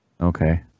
Okay